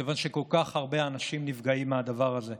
כיוון שכל כך הרבה אנשים נפגעים מהדבר הזה.